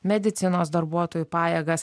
medicinos darbuotojų pajėgas